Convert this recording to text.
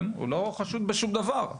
הוא לא חשוד בשום דבר,